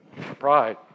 Pride